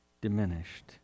diminished